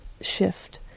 shift